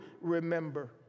Remember